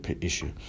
issue